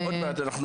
עוד מעט.